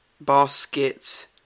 Basket